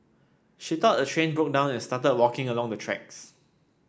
she thought the train broke down and started walking along the tracks